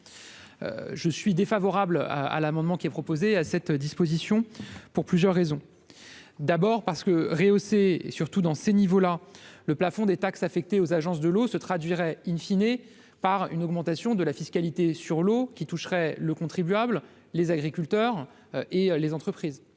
je suis défavorable à l'amendement qui est proposé à cette disposition, pour plusieurs raisons. D'abord parce que rehausser surtout dans ces niveaux-là, le plafond des taxes affectées aux agences de l'eau se traduirait in fine et par une augmentation de la fiscalité sur l'eau qui toucherait le contribuable les agriculteurs et les entreprises